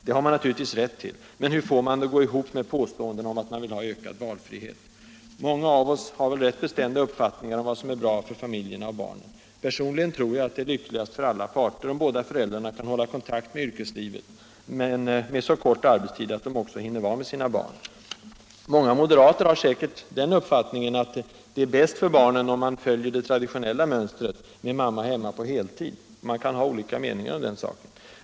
Det har man naturligtvis rätt till, men hur får man det att gå ihop med påståendena om att man vill ha ökad valfrihet? Många av oss har väl rätt bestämda uppfattningar om vad som är bra för familjerna och barnen. Personligen tror jag att det är lyckligast för alla parter, om båda föräldrarna kan hålla kontakt med yrkeslivet, men med så kort arbetstid att de också hinner vara med sina barn. Många moderater har säkert den uppfattningen att det är bäst för barnen om man följer det traditionella mönstret med mamma hemma på heltid. Man kan ha olika meningar om den saken.